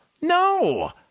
No